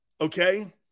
Okay